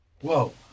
Whoa